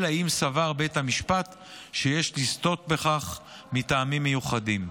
אלא אם כן סבר בית המשפט שיש לסטות מכך מטעמים מיוחדים.